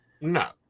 No